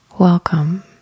Welcome